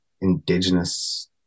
indigenous